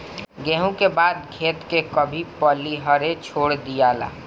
गेंहू के बाद खेत के कभी पलिहरे छोड़ दियाला